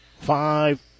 five